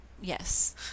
yes